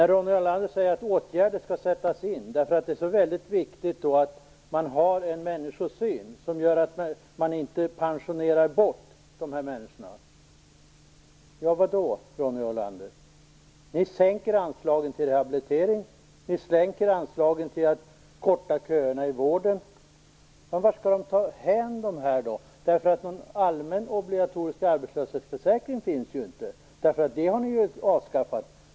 Ronny Olander säger att åtgärder skall sättas in och att det är väldigt viktigt att man har en människosyn som gör att man inte pensionerar bort dessa människor. Vad menar Ronny Olander? Ni sänker anslagen til rehablitering. Ni sänker anslagen till att korta köerna i vården. Vart skall dessa människor ta vägen? Någon allmän obligatorisk arbetslöshetsförsäkring finns ju inte. Den har ni avskaffat.